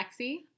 Lexi